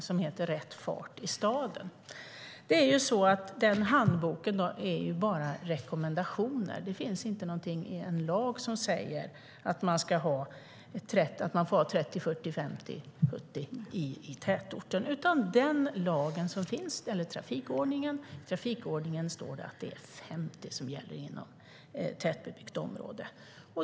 Den heter Rätt fart i staden . Denna handbok innehåller bara rekommendationer. Det finns inte någonting i en lag som säger att man får ha 30, 40, 50 eller 70 i tätort. Den lag som finns är trafikförordningen, och i trafikförordningen står att det är 50 som gäller inom tätbebyggt område.